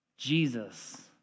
Jesus